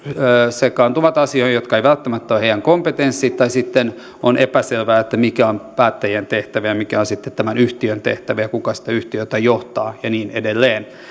sekaantuvat asioihin jotka eivät välttämättä ole heidän kompetenssissaan tai sitten on epäselvää mikä on päättäjien tehtävä ja mikä on sitten tämän yhtiön tehtävä ja kuka sitä yhtiötä johtaa ja niin edelleen